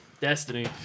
Destiny